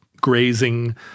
grazing